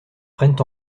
prennent